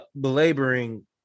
belaboring